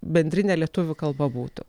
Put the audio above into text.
bendrinė lietuvių kalba būtų